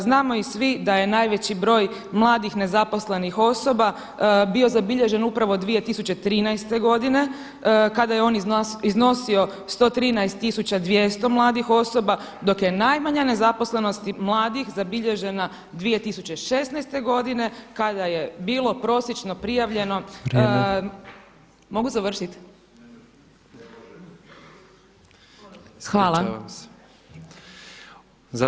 Znamo i svi da je najveći broj mladih nezaposlenih osoba bio zabilježen upravo 2013. godine kada je on iznosio 113. tisuća 200 mladih osoba dok je najmanja nezaposlenost mladih zabilježena 2016. godine kada je bilo prosječno prijavljeno [[Upadica predsjednik: Vrijeme.]] Mogu završiti? [[Upadica: Ispričavam se.]] Hvala.